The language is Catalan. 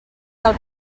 del